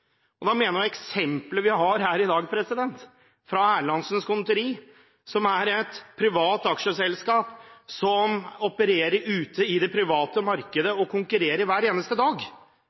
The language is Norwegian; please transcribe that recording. mener at det eksemplet vi har her i dag, Erlandsens Conditori, som er et privat aksjeselskap som opererer ute i det private markedet og konkurrerer hver eneste dag,